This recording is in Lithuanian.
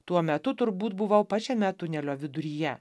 tuo metu turbūt buvau pačiame tunelio viduryje